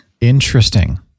interesting